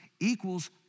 equals